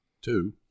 Two